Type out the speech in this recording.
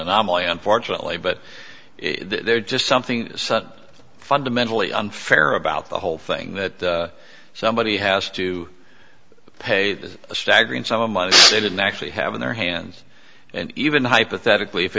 anomaly unfortunately but there's just something fundamentally unfair about the whole thing that somebody has to paid a staggering sum of money they didn't actually have in their hands and even hypothetically if